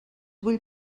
vull